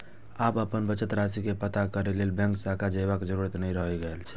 आब अपन बचत राशि के पता करै लेल बैंक शाखा जयबाक जरूरत नै रहि गेल छै